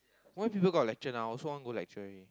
why people got lecture now I also want go lecture already